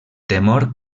temor